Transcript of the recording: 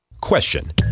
Question